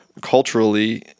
culturally